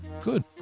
Good